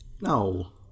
no